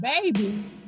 baby